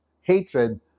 hatred